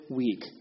week